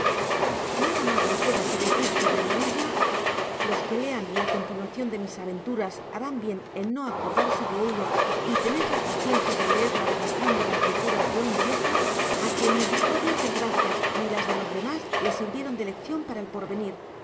nada mas me queda que decir sobre mi isla los que lean la continuacion de mis aventuras harán bien en no acordarse de ello y tener la paciencia de leer la relacion de las locuras de un viejo á quien ni sus propias desgracias ni las de los demas le sirvieron de leccion para el porvenir